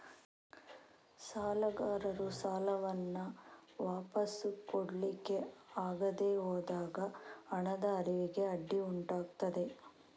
ಸಾಲಗಾರರು ಸಾಲವನ್ನ ವಾಪಸು ಕೊಡ್ಲಿಕ್ಕೆ ಆಗದೆ ಹೋದಾಗ ಹಣದ ಹರಿವಿಗೆ ಅಡ್ಡಿ ಉಂಟಾಗ್ತದೆ